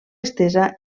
estesa